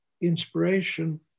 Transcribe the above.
inspiration